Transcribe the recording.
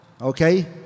Okay